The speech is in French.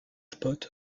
spot